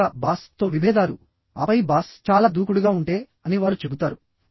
ముఖ్యంగా బాస్ తో విభేదాలు ఆపై బాస్ చాలా దూకుడుగా ఉంటే అని వారు చెబుతారు